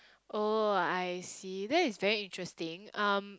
oh I see that is very interesting um